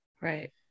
Right